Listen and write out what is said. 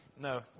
No